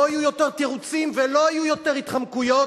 לא יהיו יותר תירוצים ולא יהיו יותר התחמקויות,